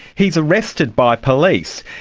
he is arrested by police.